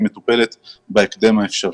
היא מטופלת בהקדם האפשרי.